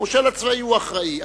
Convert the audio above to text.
המושל הצבאי הוא האחראי.